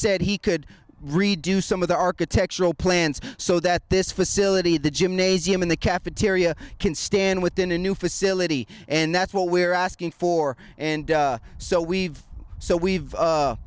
said he could redo some of the architectural plans so that this facility the gymnasium in the cafeteria can stand within a new facility and that's what we're asking for and so we've so we've